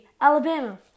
Alabama